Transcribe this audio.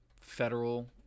Federal